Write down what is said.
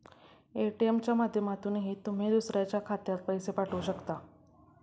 ATM च्या माध्यमातूनही तुम्ही दुसऱ्याच्या खात्यात पैसे पाठवू शकता